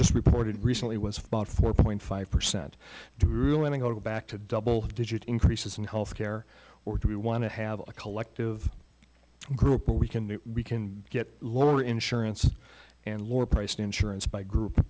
just reported recently was about four point five percent to really go back to double digit increases in health care or do we want to have a collective group where we can we can get lower insurance and lower priced insurance by group